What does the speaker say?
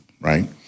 right